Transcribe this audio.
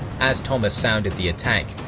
as thomas sounded the attack,